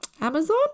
amazon